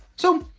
so,